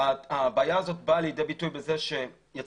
הבעיה הזאת באה לידי ביטוי בזה שיצא